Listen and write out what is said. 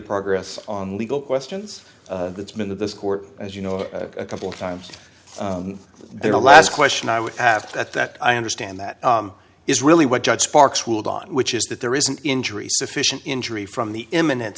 progress on legal questions that's been of this court as you know a couple of times their last question i would have thought that i understand that is really what judge sparks ruled on which that there is an injury sufficient injury from the imminen